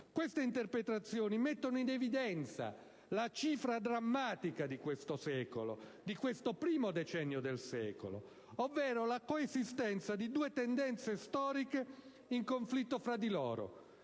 Queste interpretazioni mettono in evidenza la cifra drammatica di questo secolo - di questo primo decennio del secolo - ovvero la coesistenza di due tendenze storiche in conflitto fra loro: